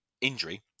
injury